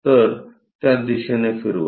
तर त्या दिशेने फिरवा